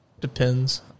Depends